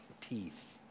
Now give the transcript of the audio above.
teeth